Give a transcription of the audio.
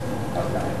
אגבאריה,